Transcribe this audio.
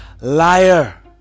liar